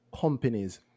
Companies